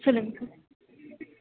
சொல்லுங்கள் சார்